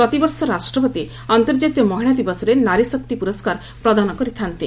ପ୍ରତିବର୍ଷ ରାଷ୍ଟ୍ରପତି ଅନ୍ତର୍ଜାତୀୟ ମହିଳା ଦିବସରେ ନାରୀଶକ୍ତି ପୁରସ୍କାର ପ୍ରଦାନ କରିଥା'ନ୍ତି